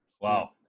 Wow